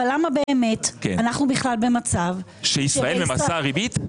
אבל למה באמת אנחנו בכלל במצב שישראל ממסה ריבית?